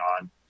on